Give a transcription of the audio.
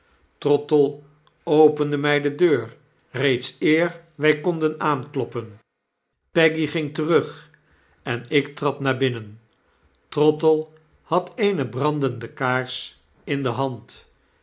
trottle opende my de deur reeds eer wy konden aankloppen peggy ging terug en iktrad naar binnen trottle had eene brandende kaars in de hand